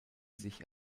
sich